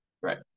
Right